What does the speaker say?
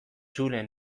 julen